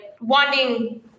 wanting